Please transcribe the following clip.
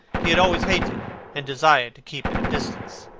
he had always hated and desired to keep at a distance.